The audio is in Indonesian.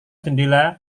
jendela